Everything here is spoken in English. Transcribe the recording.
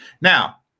Now